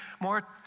more